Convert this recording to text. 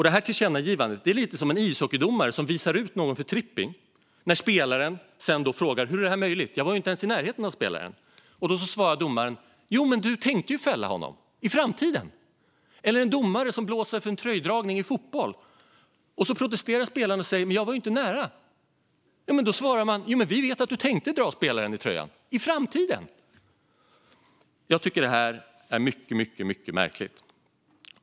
Det här tillkännagivandet är lite som en ishockeydomare som visar ut någon för tripping och som när spelaren frågar hur det är möjligt, eftersom han inte ens var i närheten av spelaren, svarar att du ju tänkte fälla honom, i framtiden! Det är som en fotbollsdomare som blåser för en tröjdragning och när spelaren protesterar och säger att han inte ens var nära svarar att jo, vi vet att du tänkte dra spelaren i tröjan, i framtiden! Jag tycker att det här är mycket, mycket märkligt.